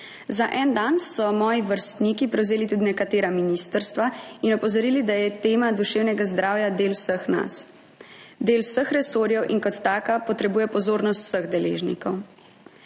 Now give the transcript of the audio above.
Za en dan so moji vrstniki prevzeli tudi nekatera ministrstva in opozorili, da je tema duševnega zdravja del vseh nas, del vseh resorjev in kot taka potrebuje pozornost vseh deležnikov.